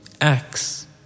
acts